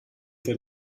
wir